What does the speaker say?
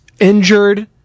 injured